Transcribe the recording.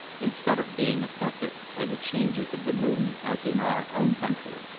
instead of being affected by the changes of the moon as in our own country,